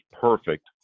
perfect